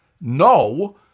No